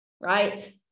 right